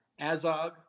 Azog